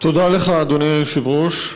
תודה לך, אדוני היושב-ראש.